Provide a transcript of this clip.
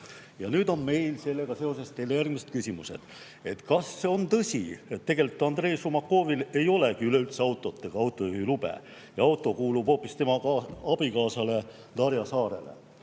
nüüd on meil sellega seoses teile järgmised küsimused. Kas see on tõsi, et Andrei Šumakovil ei ole üleüldse autot ega autojuhiluba ja auto kuulub hoopis tema abikaasale Darja Saarele?